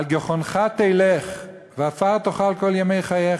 "על גחנך תלך ועפר תאכל כל ימי חייך.